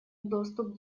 доступ